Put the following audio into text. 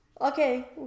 Okay